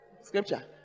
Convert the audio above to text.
scripture